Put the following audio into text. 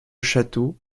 château